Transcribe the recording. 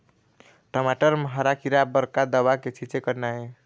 टमाटर म हरा किरा बर का दवा के छींचे करना ये?